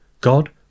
God